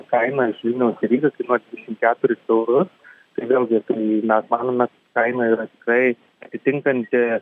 kaina iš vilniaus į rygą kainuoja dvidešimt keturis eurus tai vėlgi tai mes manome kaina yra tikrai atitinkanti